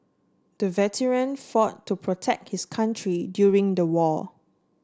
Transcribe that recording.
the veteran fought to protect his country during the war